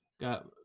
got